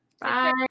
Bye